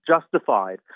justified